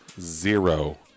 zero